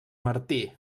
martí